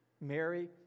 Mary